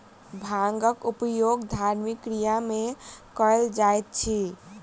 भांगक उपयोग धार्मिक क्रिया में कयल जाइत अछि